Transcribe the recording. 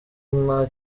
nta